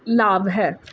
ਲਾਭ ਹੈ